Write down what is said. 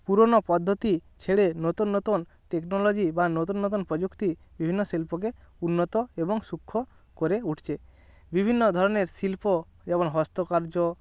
পুরোনো পদ্ধতি ছেড়ে নতুন নতুন টেকনোলজি বা নতুন নতুন প্রযুক্তি বিভিন্ন শিল্পকে উন্নত এবং সুক্ষ্ম করে উটছে বিভিন্ন ধরনের শিল্প এবং হস্তকার্য